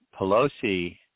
Pelosi